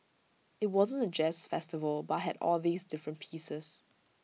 IT wasn't A jazz festival but had all these different pieces